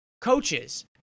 coaches